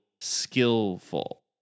skillful